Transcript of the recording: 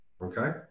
Okay